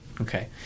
Okay